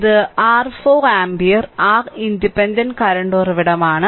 ഇത് r 4 ampere r independent current ഉറവിടമാണ്